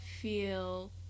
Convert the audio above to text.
feel